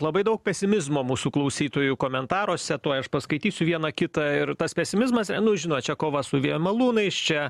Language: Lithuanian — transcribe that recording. labai daug pesimizmo mūsų klausytojų komentaruose tuoj aš paskaitysiu vieną kitą ir tas pesimizmas nu žinot čia kova su vėjo malūnais čia